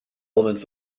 elements